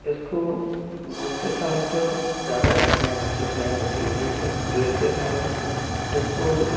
इसको बोलते समय तो ज़्यादा कठिनाई महसूस नहीं होती लेकिन लिखते समय इसको